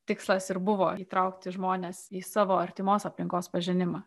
tikslas ir buvo įtraukti žmones į savo artimos aplinkos pažinimą